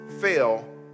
fail